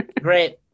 Great